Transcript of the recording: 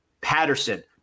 Patterson